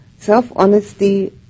Self-honesty